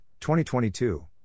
2022